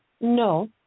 No